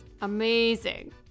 amazing